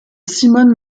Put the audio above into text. simone